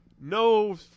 no –